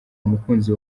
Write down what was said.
umukunzi